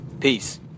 Peace